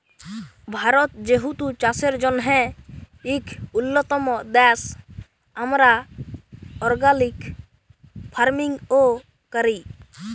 ভারত যেহেতু চাষের জ্যনহে ইক উল্যতম দ্যাশ, আমরা অর্গ্যালিক ফার্মিংও ক্যরি